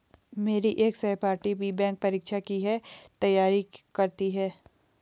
मेरी एक सहपाठी भी बैंक परीक्षा की ही तैयारी करती है